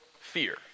fear